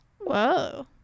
whoa